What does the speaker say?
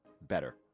better